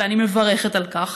ואני מברכת על כך